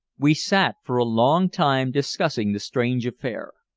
we sat for a long time discussing the strange affair.